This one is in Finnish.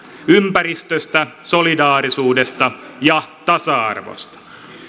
ympäristöstä solidaarisuudesta ja tasa arvosta